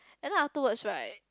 and then afterwards right